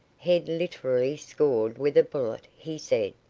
head literally scored with a bullet, he said.